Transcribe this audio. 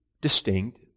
distinct